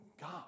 God